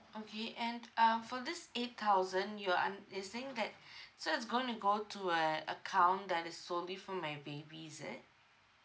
okay and uh for this eight thousand you are un~ you're saying that so it's going to go to a account that is solely for my baby is it